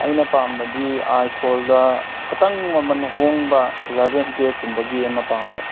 ꯑꯩꯅ ꯄꯥꯝꯕꯗꯤ ꯑꯥꯏ ꯐꯣꯟꯗ ꯈꯇꯪ ꯃꯃꯟ ꯍꯣꯡꯕ ꯑꯦꯂꯕꯦꯟ ꯇ꯭ꯋꯦꯜꯐꯀꯨꯝꯕꯒꯤ ꯑꯃ ꯄꯥꯝꯕ